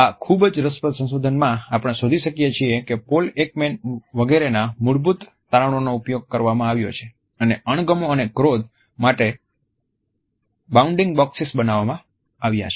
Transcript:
આ ખૂબ જ રસપ્રદ સંશોધનમાં આપણે શોધી શકીએ છીએ કે પોલ એકમેન વગેરેના મૂળભૂત તારણોનો ઉપયોગ કરવામાં આવ્યો છે અને અણગમો અને ક્રોધ માટે બાઉન્ડીંગી બોક્સિસ બનાવવામાં આવ્યા છે